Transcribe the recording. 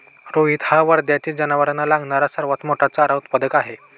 रोहित हा वर्ध्यातील जनावरांना लागणारा सर्वात मोठा चारा उत्पादक आहे